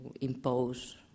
impose